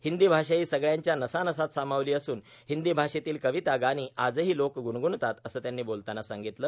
हिंदी भाषा ही सगळ्यांच्या नसानसात सामावली असून हिंदी भाषेतील कविता गाणी आजही लोकं ग्रणग्रणतात असं त्यांनी बोलताना सांगितलं